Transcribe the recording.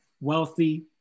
wealthy